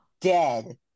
dead